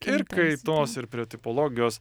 ir kaitos ir prie tipologijos